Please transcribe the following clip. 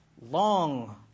long